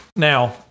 Now